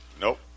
Nope